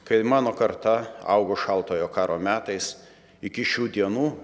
kai mano karta augo šaltojo karo metais iki šių dienų